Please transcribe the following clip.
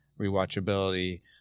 Rewatchability